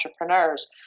entrepreneurs